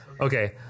okay